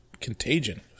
Contagion